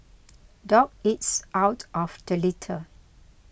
dog eats out of the litter